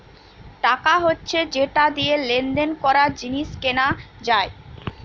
টাকা হচ্ছে যেটা দিয়ে লেনদেন করা, জিনিস কেনা যায়